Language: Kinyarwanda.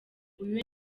uyu